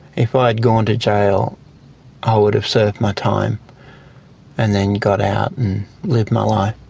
if ah i had gone to jail i would've served my time and then got out and lived my life,